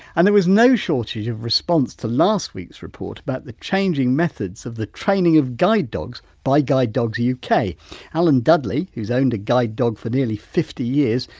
and there was no shortage of response to last week's report about the changing methods of the training of guide dogs by guide dogs yeah uk. alan dudley, who's owned a guide dog for nearly fifty years,